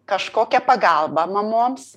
kažkokią pagalbą mamoms